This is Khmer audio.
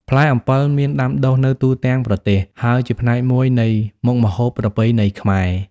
ផ្លែអំពិលមានដាំដុះនៅទូទាំងប្រទេស ហើយជាផ្នែកមួយនៃមុខម្ហូបប្រពៃណីខ្មែរ។